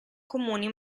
comuni